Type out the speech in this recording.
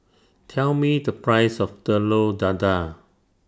Tell Me The Price of Telur Dadah